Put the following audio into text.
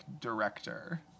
director